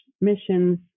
missions